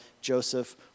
Joseph